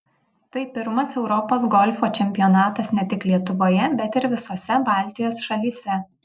tai pirmas europos golfo čempionatas ne tik lietuvoje bet ir visose baltijos šalyse